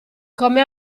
come